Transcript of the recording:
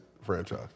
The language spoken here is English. franchise